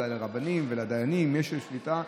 אולי לרבנים ולדיינים יש איזו שליטה,